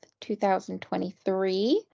2023